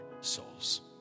souls